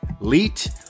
Elite